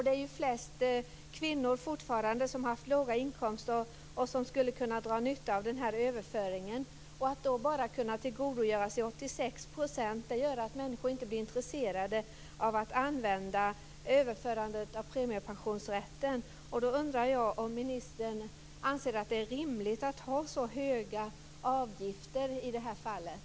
Det är ju flest kvinnor fortfarande som har haft låga inkomster och som skulle kunna dra nytta av den här överföringen, men att bara kunna tillgodogöra sig 86 % gör att människor inte blir intresserade av att använda överförandet av premiepensionsrätten. Jag undrar om ministern anser att det är rimligt att ha så höga avgifter i det här fallet.